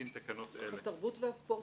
התרבות והספורט.